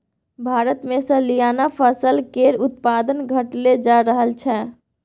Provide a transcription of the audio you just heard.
भारतमे सलियाना फसल केर उत्पादन घटले जा रहल छै